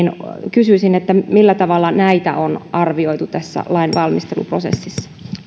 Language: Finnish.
kysyisin millä tavalla näitä on arvioitu tässä lainvalmisteluprosessissa